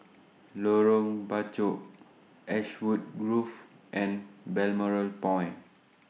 Lorong Bachok Ashwood Grove and Balmoral Point